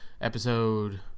Episode